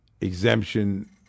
Exemption